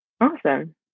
Awesome